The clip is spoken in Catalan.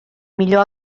millor